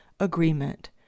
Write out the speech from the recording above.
agreement